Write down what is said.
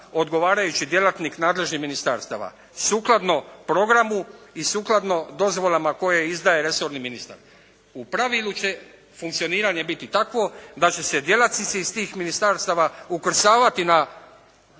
odgovarajući djelatnik nadležnih ministarstava sukladno programu i sukladno dozvolama koje izdaje resorni ministar. U pravilu će funkcioniranje biti takvo da će se djelatnici iz tih ministarstava ukrcavati na